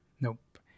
Nope